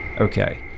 Okay